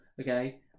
okay